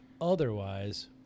Otherwise